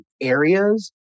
areas